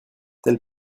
tel